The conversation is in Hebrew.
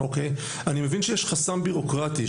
אני מבין שיש חסם בירוקרטי,